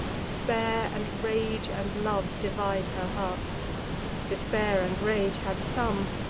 despair, and rage, and love divide her heart despair and rage had some,